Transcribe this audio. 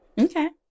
Okay